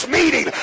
meeting